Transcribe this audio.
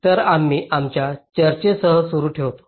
तर आम्ही आमच्या चर्चेसह सुरू ठेवतो